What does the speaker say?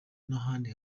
n’ahandi